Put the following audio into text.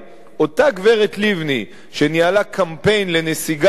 אותה גברת לבני שניהלה קמפיין לנסיגת צה"ל